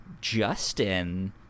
Justin